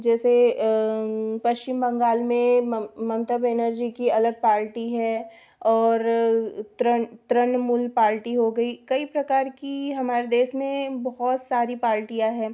जैसे पश्चिम बंगाल में ममता बैनर्जी की अलग पार्टी है और तृणमूल पार्टी हो गई कई प्रकार की हमारे देश में बहुत सारी पार्टियाँ हैं